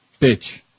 Bitch